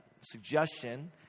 suggestion